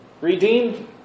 Redeemed